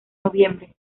noviembre